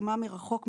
השכמה מרחוק,